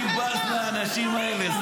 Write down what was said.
אני בז לאנשים האלה.